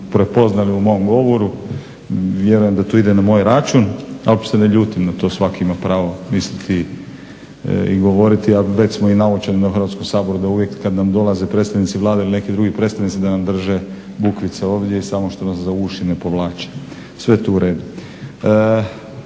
prepoznali u mom govoru, vjerujem da to ide na moj račun, ali se ne ljutim na to, svatko ima pravo misliti i govoriti a već smo i naučeni u Hrvatskom saboru da uvijek kad nam dolaze predstavnici Vlade ili neki drugi predstavnici da nam drže bukvice ovdje i samo što nas za uši ne povlače. Sve je to u redu.